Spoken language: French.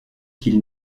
qu’il